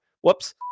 Whoops